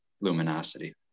luminosity